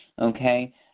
Okay